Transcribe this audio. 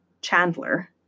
Chandler